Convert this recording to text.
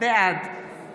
בעד